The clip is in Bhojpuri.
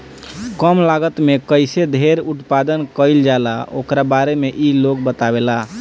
कम लागत में कईसे ढेर उत्पादन कईल जाला ओकरा बारे में इ लोग बतावेला